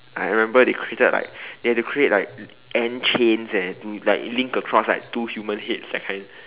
I remember they created like they have to create like ant chains eh like link across like two human heads that kind